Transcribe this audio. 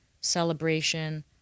celebration